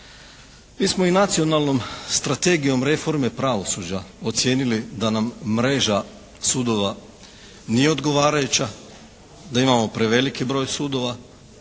Mi smo i Nacionalnom strategijom reforme pravosuđa ocijenili da nam mreža sudova nije odgovarajuća, da imamo preveliki broj sudova